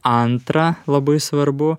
antra labai svarbu